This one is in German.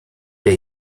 der